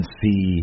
see